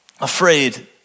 Afraid